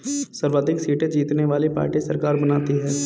सर्वाधिक सीटें जीतने वाली पार्टी सरकार बनाती है